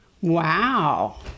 Wow